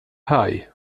haj